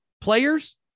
players